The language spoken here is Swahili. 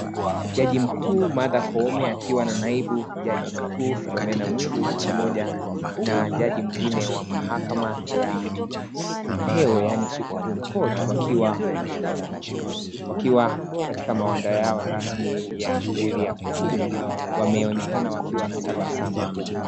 Jaji mkuu Martha Koome akiwa na naibu jaji mkuu Philomena Mwilu pamoja na jaji mwingine wa mahakama ya upeo yaani supreme court wakiwa wanachukua picha wakiwa katika mawanda yao rasmi ya shughuli ya kortini. Wameonekana wakiwa na tabasamu kubwa.